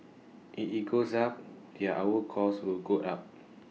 if IT goes up then our cost will go up